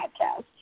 podcast